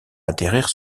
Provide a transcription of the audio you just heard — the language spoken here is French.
atterrir